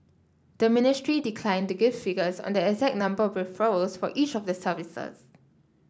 the ministry declined to give figures on the exact number of referrals for each of the services